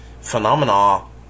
phenomena